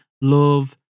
love